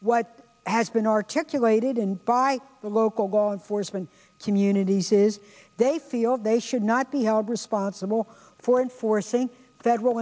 what has been articulated in by the local law enforcement communities is they feel they should not be held responsible for enforcing federal